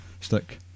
stick